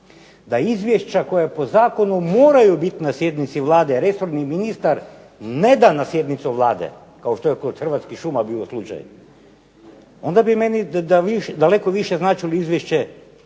da izvješća koja po zakonu moraju biti na sjednici Vlade, resorni ministar ne da na sjednicu Vlade, kao što je kod "Hrvatskih šuma" bio slučaj onda bi meni daleko više značilo izvješće